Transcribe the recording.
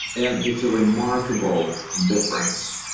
and it's a remarkable difference.